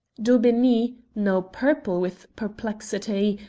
daubeney, now purple with perplexity,